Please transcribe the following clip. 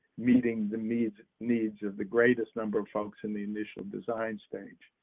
meeting the needs needs of the greatest number of folks in the initial design stage,